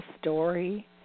story